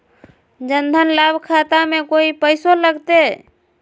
जन धन लाभ खाता में कोइ पैसों लगते?